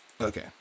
Okay